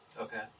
Okay